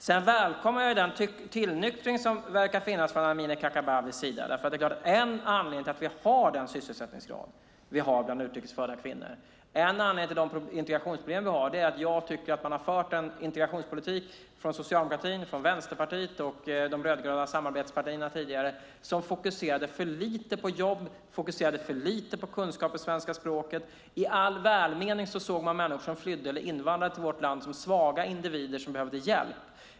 Sedan välkomnar jag den tillnyktring som verkar finnas från Amineh Kakabavehs sida, för en anledning till att vi har den sysselsättningsgrad vi har bland utrikes födda kvinnor och en anledning till de integrationsproblem vi har tycker jag är att man tidigare har fört en integrationspolitik från socialdemokratin, Vänsterpartiet och de rödgröna samarbetspartierna som fokuserade för lite på jobb och för lite på kunskap i svenska språket. I all välmening såg man människor som flydde eller invandrade till vårt land som svaga individer som behövde hjälp.